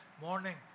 morning